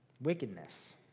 wickedness